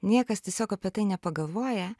niekas tiesiog apie tai nepagalvoja